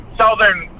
southern